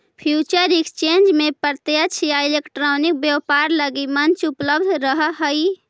future exchange में प्रत्यक्ष या इलेक्ट्रॉनिक व्यापार लगी मंच उपलब्ध रहऽ हइ